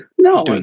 No